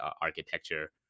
architecture